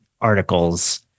articles